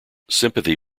sympathy